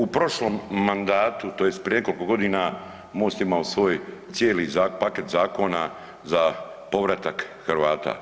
U prošlom mandatu, tj. prije nekoliko godina, Most je imao svoj cijeli paket zakona za povratak Hrvata.